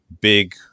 big